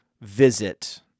visit